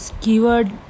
keyword